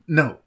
no